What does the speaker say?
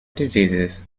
diseases